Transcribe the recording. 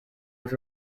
was